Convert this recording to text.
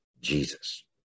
Jesus